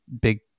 big